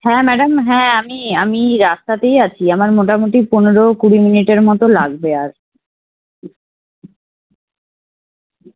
হ্যাঁ ম্যাডাম হ্যাঁ আমি আমি রাস্তাতেই আছি আমার মোটামুটি পনেরো কুড়ি মিনিটের মতো লাগবে আর